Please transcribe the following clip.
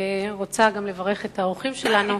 אני רוצה לברך את האורחים שלנו